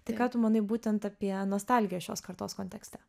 tai ką tu manai būtent apie nostalgiją šios kartos kontekste